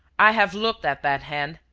i have looked at that hand,